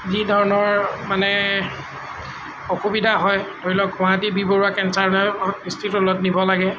যিধৰণৰ মানে অসুবিধা হয় ধৰি লওক গুৱাহাটী বি বৰুৱা কেঞ্চাৰ ইনষ্টিটিউতলৈ নিব লাগে